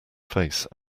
face